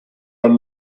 are